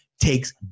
takes